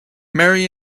marry